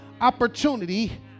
opportunity